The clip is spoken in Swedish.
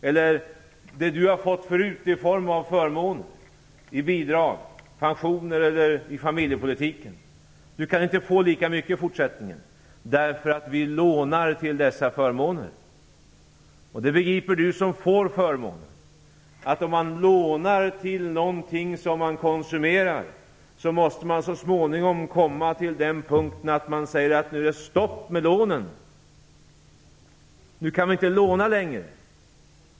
Eller: "Du kan inte få lika mycket i form av förmåner, bidrag, pensioner eller stöd i familjepolitiken i fortsättningen. Vi lånar till dessa förmåner. Du som får förmånerna begriper att om man lånar till något som man konsumerar, måste man så småningom komma till den punkten att det är stopp för lånen." Nu kan vi inte låna längre.